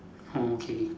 okay